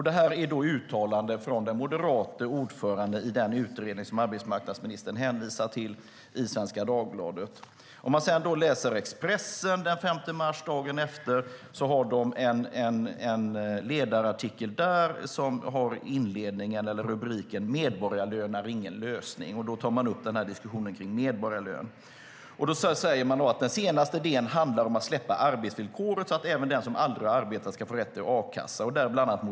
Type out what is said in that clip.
Det är ett uttalande av den moderate ordföranden i den utredning som arbetsmarknadsministern hänvisar till. Expressen har den 5 mars, dagen efter, en ledarartikel med rubriken "Medborgarlön är ingen lösning" där man tar upp diskussionen om medborgarlön. I artikeln sägs bland annat att "den senaste idén handlar om att släppa arbetsvillkoret, så att även den som aldrig har arbetat ska få rätt till a-kassa. - däribland M .